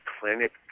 clinic